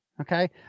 Okay